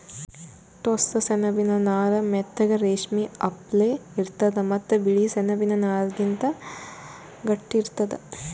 ಟೋಸ್ಸ ಸೆಣಬಿನ್ ನಾರ್ ಮೆತ್ತಗ್ ರೇಶ್ಮಿ ಅಪ್ಲೆ ಇರ್ತದ್ ಮತ್ತ್ ಬಿಳಿ ಸೆಣಬಿನ್ ನಾರ್ಗಿಂತ್ ಗಟ್ಟಿ ಇರ್ತದ್